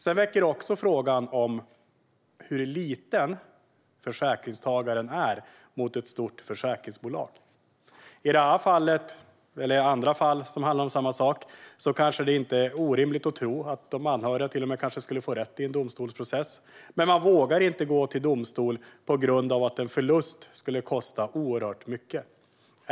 Det här väcker också frågan om hur liten försäkringstagaren är mot ett stort försäkringsbolag. I det här fallet och i andra fall som handlar om samma sak är det kanske inte orimligt att tro att de anhöriga till och med skulle få rätt i en domstolsprocess, men eftersom en förlust skulle kosta oerhört mycket vågar man inte gå till domstol.